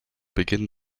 beginn